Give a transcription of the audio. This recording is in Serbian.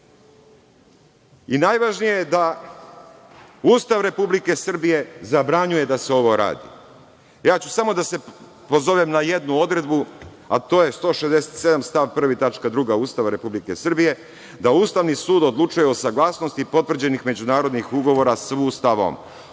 Najvažnije je da Ustav Republike Srbije zabranjuje da se ovo radi. Samo ću da se pozovem na jednu odredbu, a to je 167. stav 1. tačka 2) Ustava Republike Srbije da Ustavni sud odlučuje o saglasnosti potvrđenih međunarodnih ugovora sa Ustavom.